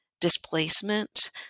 displacement